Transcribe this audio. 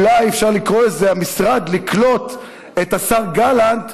אולי אפשר לקרוא לזה "המשרד לקלוט את השר גלנט